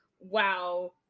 wow